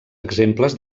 exemples